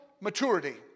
maturity